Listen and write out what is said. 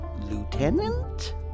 Lieutenant